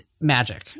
magic